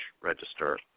register